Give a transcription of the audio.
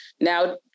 Now